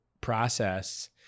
process